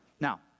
Now